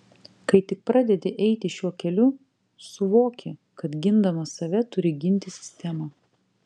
kai tik pradedi eiti šiuo keliu suvoki kad gindamas save turi ginti sistemą